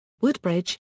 Woodbridge